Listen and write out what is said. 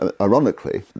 ironically